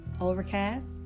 Overcast